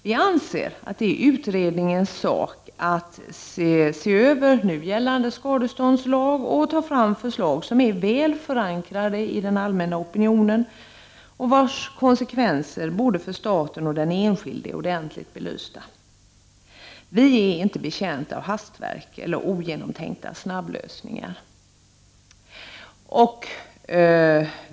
Vi anser att det är utredningens sak att se över nu gällande skadeståndslag och ta fram förslag som är väl förankrade hos den allmänna opinionen och vars konsekvenser, både för staten och den enskilde, är ordentligt belysta. Vi är inte betjänta av hastverk eller ogenomtänkta snabblösningar.